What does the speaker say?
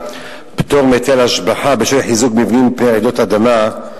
(פטור מהיטל השבחה בשל חיזוק מבנים מפני רעידות אדמה),